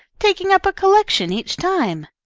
taking up a collection each time.